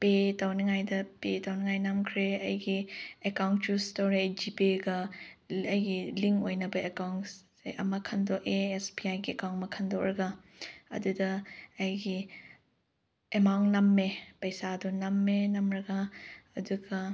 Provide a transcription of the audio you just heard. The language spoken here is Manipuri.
ꯄꯦ ꯇꯧꯅꯤꯡꯉꯥꯏꯗ ꯄꯦ ꯇꯧꯅꯤꯡꯉꯥꯏ ꯅꯝꯈ꯭ꯔꯦ ꯑꯩꯒꯤ ꯑꯦꯀꯥꯎꯟ ꯆꯨꯁ ꯇꯧꯔꯛꯑꯦ ꯖꯤꯄꯦꯒ ꯑꯩꯒꯤ ꯂꯤꯡ ꯑꯣꯏꯅꯕ ꯑꯦꯀꯥꯎꯟꯁꯦ ꯑꯃ ꯈꯟꯗꯣꯛꯑꯦ ꯑꯦꯁ ꯕꯤ ꯑꯥꯏꯒꯤ ꯑꯦꯀꯥꯎꯟ ꯑꯃ ꯈꯟꯗꯣꯛꯂꯒ ꯑꯗꯨꯗ ꯑꯩꯒꯤ ꯑꯦꯃꯥꯎꯟ ꯅꯝꯃꯦ ꯄꯩꯁꯥꯗꯨ ꯅꯝꯃꯦ ꯅꯝꯂꯒ ꯑꯗꯨꯒ